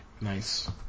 Nice